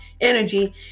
energy